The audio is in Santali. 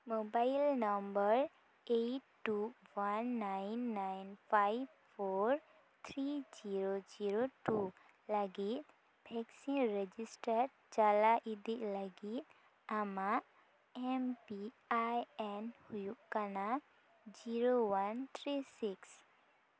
mobile number eight two one nine nine five four three zero zero two ᱞᱟᱹᱜᱤᱫ ᱵᱷᱮᱠᱥᱤᱱ ᱨᱮᱡᱤᱥᱴᱟᱨ ᱪᱟᱞᱟᱜ ᱤᱫᱤᱭ ᱞᱟᱹᱜᱤᱫ ᱟᱢᱟᱜ ᱮᱢ ᱯᱤ ᱟᱭ ᱮᱱ ᱦᱩᱭᱩᱜ ᱠᱟᱱᱟ ᱡᱤᱨᱳ ᱳᱣᱟᱱ ᱛᱷᱨᱤ ᱥᱤᱠᱥ